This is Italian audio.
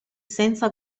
senza